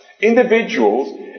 Individuals